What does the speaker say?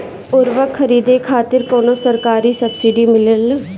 उर्वरक खरीदे खातिर कउनो सरकारी सब्सीडी मिलेल?